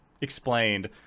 explained